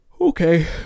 Okay